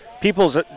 people's